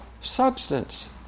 substance